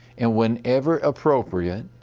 and whenever appropriate,